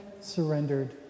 surrendered